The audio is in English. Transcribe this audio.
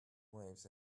waves